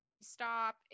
stop